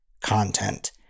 content